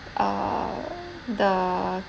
uh the